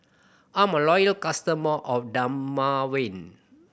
I'm a loyal customer of Dermaveen